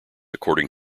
according